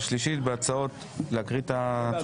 שלוש ההצעות האחרונות, זאת אומרת הצעות